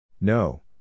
No